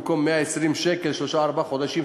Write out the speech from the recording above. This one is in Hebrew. במקום 120 שקל שלושה-ארבעה חודשים,